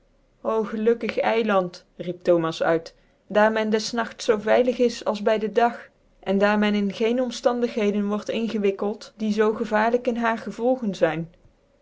gelukkig eiland riep thomas uit daar men des nachts zoo veilig is als by den dag en daar men in geen omftindigheden word ingewikkeld die zoo gevaarlijk in haar gevolgen zyn